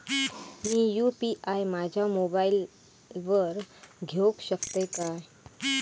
मी UPI माझ्या मोबाईलावर घेवक शकतय काय?